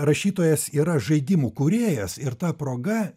rašytojas yra žaidimų kūrėjas ir ta proga